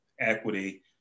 equity